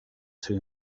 seu